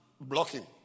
blocking